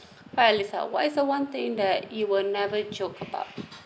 but alyssa what is the one thing that you will never joke about